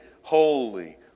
holy